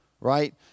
Right